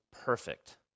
perfect